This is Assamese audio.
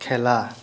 খেলা